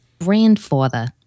grandfather